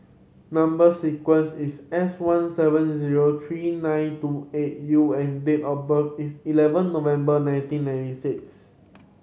number sequence is S one seven zero three nine two eight U and date of birth is eleven November nineteen ninety six